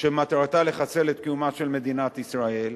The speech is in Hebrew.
שמטרתה לחסל את קיומה של מדינת ישראל.